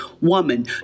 woman